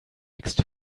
next